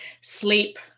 sleep